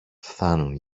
φθάνουν